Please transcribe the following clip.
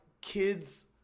kids